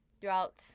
throughout